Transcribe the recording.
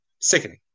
Sickening